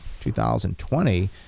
2020